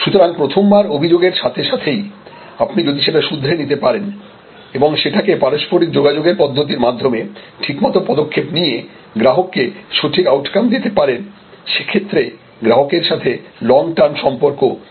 সুতরাং প্রথমবার অভিযোগের সাথে সাথেই আপনি যদি সেটা শুধরে নিতে পারেন এবং সেটাকে পারস্পরিক যোগাযোগের পদ্ধতির মাধ্যমে ঠিকমত পদক্ষেপ নিয়ে গ্রাহককে সঠিক আউটকাম দিতে পারেন সেক্ষেত্রে গ্রাহকের সাথে লং টার্ম সম্পর্ক তৈরী হতে পারে